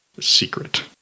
secret